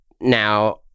now